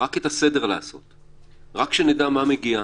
רק את הסדר לעשות; רק שנדע מה מגיע,